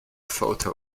photo